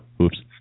Oops